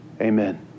Amen